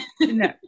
no